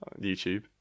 youtube